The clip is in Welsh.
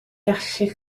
gallu